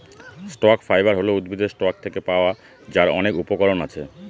stock fibre হল উদ্ভিদের stock থেকে পাওয়া যার অনেক উপকরণ আছে